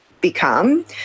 become